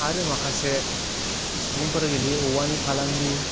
आरो माखासे सुबुंफोर गेलेयो औवानि फालांगि